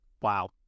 Wow